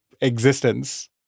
existence